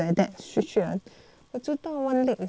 我知道 one leg is like like that [one] like like that